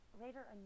later